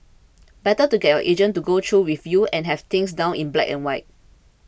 better to get your agent to go through with you and have things down in black and white